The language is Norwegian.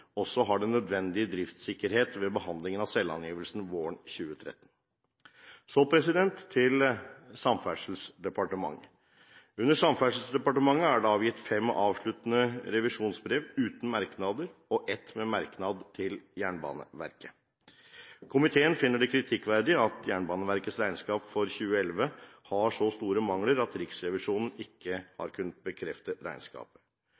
også har den nødvendige driftssikkerhet ved behandlingen av selvangivelsen våren 2013. Så til Samferdselsdepartementet: Under Samferdselsdepartementet er det avgitt fem avsluttende revisjonsbrev uten merknader, og ett med merknad til Jernbaneverket. Komiteen finner det kritikkverdig at Jernbaneverkets regnskap for 2011 har så store mangler at Riksrevisjonen ikke har kunnet bekrefte regnskapet.